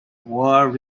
world